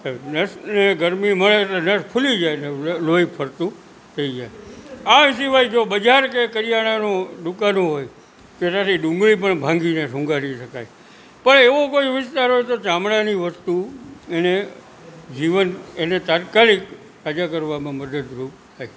નસ ને ગરમી મળે તો નસ ફૂલી જાય ને લોહી ફરતું થઈ જાય આ સિવાય જો બજાર કે કરિયાણાની દુકાન હોય કે એનાથી ડુંગળી પણ ભાંગીને સુંઘાડી શકાય પણ એવો કોઈ વિસ્તાર હોય તો ચામડાની વસ્તુ એને જીવન એને તાત્કાલિક સાજા કરવામાં મદદરૂપ થાય